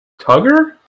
Tugger